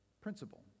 principle